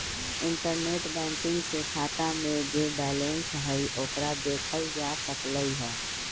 internet banking से खाता में जे बैलेंस हई ओकरा देखल जा सकलई ह